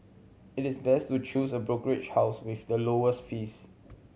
it is best to choose a brokerage house with the lowest fees